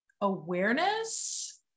awareness